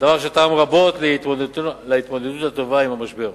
דבר שתרם רבות להתמודדות הטובה עם המשבר.